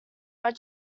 but